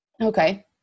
Okay